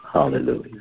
Hallelujah